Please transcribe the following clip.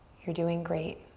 you're doing great.